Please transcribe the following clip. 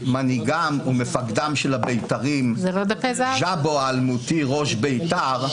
מנהיגם ומפקדם של הבית"רים ז'אבו האלמותי ראש בית"ר,